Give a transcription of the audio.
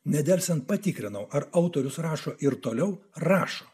nedelsiant patikrinau ar autorius rašo ir toliau rašo